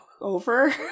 over